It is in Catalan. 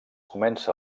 comença